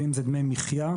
ואם זה דמי מחיה.